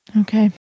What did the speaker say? Okay